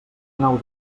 nau